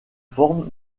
formes